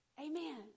Amen